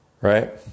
right